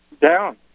Down